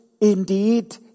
indeed